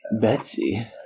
Betsy